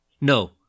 no